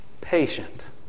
patient